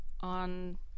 on